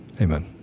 Amen